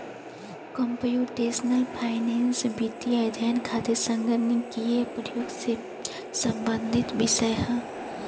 computational finance वित्तीय अध्ययन खातिर संगणकीय प्रयोग से संबंधित विषय ह